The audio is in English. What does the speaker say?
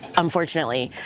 unfortunately,